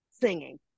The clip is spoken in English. singing